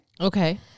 Okay